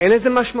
אין לזה משמעות?